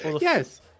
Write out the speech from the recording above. Yes